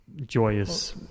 joyous